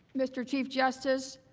mr chief justice,